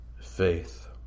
faith